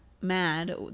mad